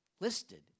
Listed